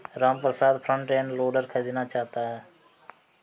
Ramprasad front end loader खरीदना चाहता है